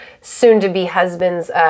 soon-to-be-husband's